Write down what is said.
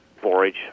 forage